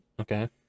okay